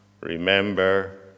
remember